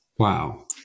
Wow